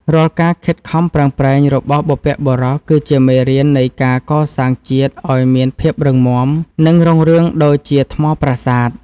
រាល់ការខិតខំប្រឹងប្រែងរបស់បុព្វបុរសគឺជាមេរៀននៃការកសាងជាតិឱ្យមានភាពរឹងមាំ និង រុងរឿងដូចជាថ្មប្រាសាទ។